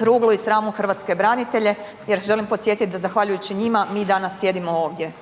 ruglu i sramu hrvatske branitelje jer želim podsjetit da zahvaljujući njima, mi danas jedimo ovdje.